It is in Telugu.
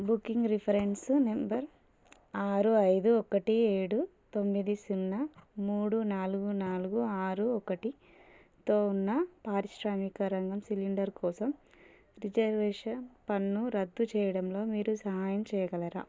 బుకింగ్ రిఫరెన్స్ నంబర్ ఆరు ఐదు ఒకటి ఏడు తొమ్మిది సున్నా మూడు నాలుగు నాలుగు ఆరు ఒకటి తో ఉన్న పారిశ్రామిక రంగం సిలిండర్ కోసం రిజర్వేషన్ పన్ను రద్దు చెయ్యడంలో మీరు సహాయం చేయగలరా